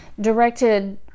directed